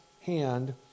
hand